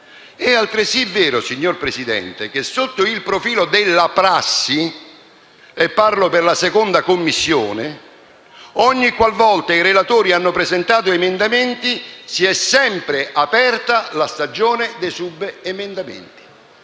è altresì vero, signor Presidente, che sotto il profilo della prassi - le parlo per la 2a Commissione - ogni qual volta i relatori hanno presentato emendamenti si è sempre aperta la stagione dei subemendamenti.